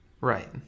right